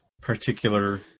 Particular